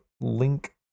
link